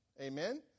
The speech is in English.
Amen